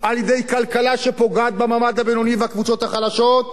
על-ידי כלכלה שפוגעת במעמד הבינוני והקבוצות החלשות,